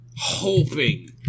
Hoping